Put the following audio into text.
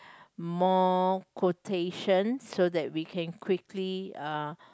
more quotation so that we can quickly uh